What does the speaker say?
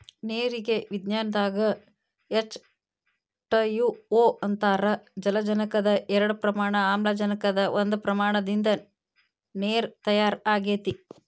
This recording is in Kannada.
ನೇರಿಗೆ ವಿಜ್ಞಾನದಾಗ ಎಚ್ ಟಯ ಓ ಅಂತಾರ ಜಲಜನಕದ ಎರಡ ಪ್ರಮಾಣ ಆಮ್ಲಜನಕದ ಒಂದ ಪ್ರಮಾಣದಿಂದ ನೇರ ತಯಾರ ಆಗೆತಿ